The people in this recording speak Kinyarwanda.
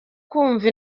kumva